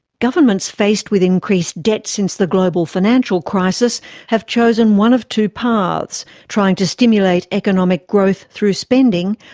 governments faced with increased debt since the global financial crisis have chosen one of two paths trying to stimulate economic growth through spending,